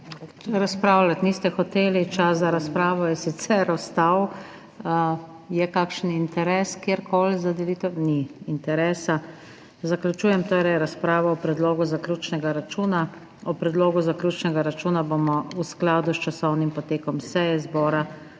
Razpravljati niste hoteli, čas za razpravo je sicer ostal. Je morda kjer koli kakšen interes za razdelitev tega časa? Ni interesa. Zaključujem torej razpravo o predlogu zaključnega računa. O predlogu zaključnega računa bomo v skladu s časovnim potekom seje zbora